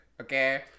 Okay